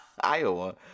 Iowa